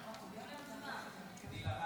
כדלהלן.